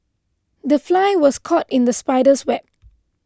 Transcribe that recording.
the fly was caught in the spider's web